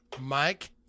Mike